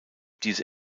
diese